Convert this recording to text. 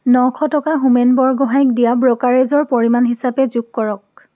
নশ টকা হোমেন বৰগোহাঞিক দিয়া ব্ৰ'কাৰেজৰ পৰিমাণ হিচাপে যোগ কৰক